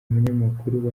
umunyamakuru